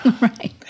Right